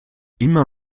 immer